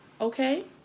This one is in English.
Okay